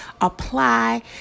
apply